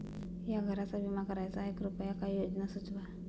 या घराचा विमा करायचा आहे कृपया काही योजना सुचवा